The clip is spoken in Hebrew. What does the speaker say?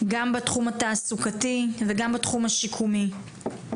גם בתחום התעסוקתי וגם בתחום השיקומי.